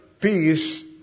peace